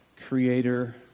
creator